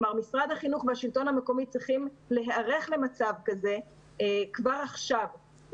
כלומר משרד החינוך והשלטון המקומי צריכים להיערך למצב כזה כבר עכשיו,